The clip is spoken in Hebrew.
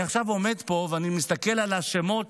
אני עכשיו עומד פה ואני מסתכל על השמות